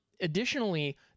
Additionally